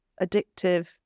addictive